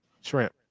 Shrimp